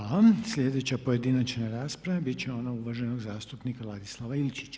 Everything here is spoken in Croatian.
Sljedeća pojedinačna rasprava bit će ona uvaženog zastupnika Ladislava Ilčića.